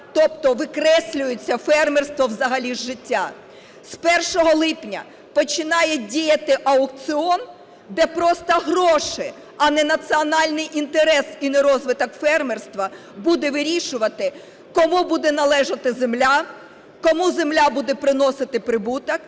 Тобто викреслюється фермерство взагалі з життя. З 1 липня починає діяти аукціон, де просто гроші, а не національний інтерес і не розвиток фермерства, будуть вирішувати, кому буде належати земля, кому земля буде приносити прибуток.